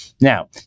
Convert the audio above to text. Now